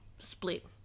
Split